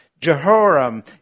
Jehoram